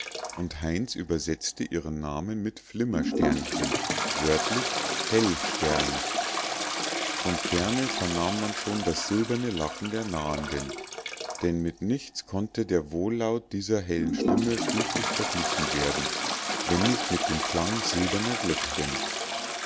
und heinz übersetzte ihren namen mit flimmersternchen wörtlich hellstern von ferne vernahm man schon das silberne lachen der nahenden denn mit nichts konnte der wohllaut dieser hellen stimme füglich verglichen werden wenn nicht mit dem klang silberner glöckchen